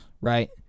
right